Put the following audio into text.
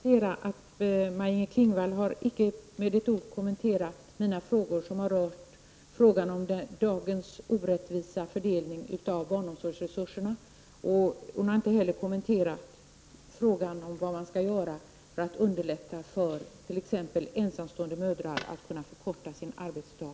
Herr talman! Jag konstaterar till sist att Maj-Inger Klingvall icke med ett ord har kommenterat mina frågor som rörde dagens orättvisa fördelning av barnomsorgsresurserna och vad man skall göra för att underlätta för ensamstående mödrar att förkorta sin arbetsdag.